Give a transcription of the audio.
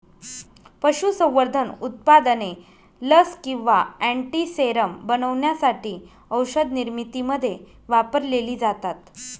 पशुसंवर्धन उत्पादने लस किंवा अँटीसेरम बनवण्यासाठी औषधनिर्मितीमध्ये वापरलेली जातात